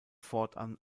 fortan